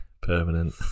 permanent